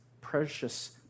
precious